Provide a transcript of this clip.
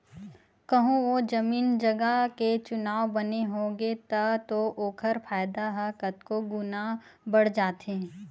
कहूँ ओ जमीन जगा के चुनाव बने होगे तब तो ओखर फायदा ह कतको गुना बड़ जाथे